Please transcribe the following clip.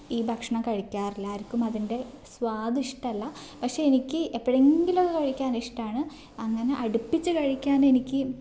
ഈ ഭക്ഷണം കഴിക്കാറില്ല ആർക്കും അതിൻ്റെ സ്വാദിഷ്ടമല്ല പക്ഷേ എനിക്ക് എപ്പോഴെങ്കിലൊക്കെ കഴിക്കാൻ ഇഷ്ടമാണ് അങ്ങനെ അടുപ്പിച്ച് കഴിക്കാൻ എനിക്ക്